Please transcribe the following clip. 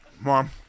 Mom